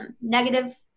negative